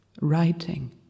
writing